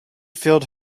filled